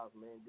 man